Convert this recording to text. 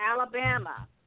Alabama